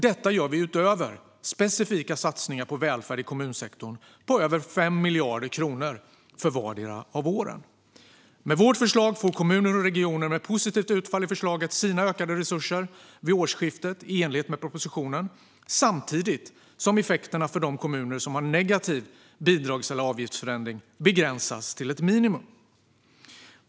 Detta gör vi utöver specifika satsningar på välfärd i kommunsektorn på över 5 miljarder kronor för vartdera året. Med vårt förslag får kommuner och regioner med positivt utfall i förslaget sina ökade resurser vid årsskiftet i enlighet med propositionen samtidigt som effekterna för de kommuner som har en negativ bidrags eller avgiftsförändring begränsas till ett minimum.